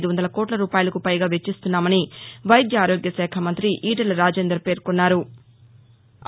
ర్ వందల కోట్ల రూపాయలకు పైగా వెచ్చిస్తున్నామని వైద్యారోగ్యశాఖ మంత్రి ఈటేల రాజేందర్ పేర్కొన్నారు